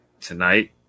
tonight